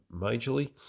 majorly